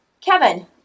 Kevin